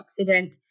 antioxidant